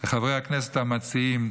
לחברי הכנסת המציעים,